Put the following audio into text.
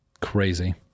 Crazy